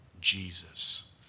Jesus